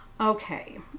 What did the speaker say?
Okay